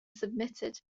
submitted